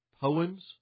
poems